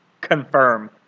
confirm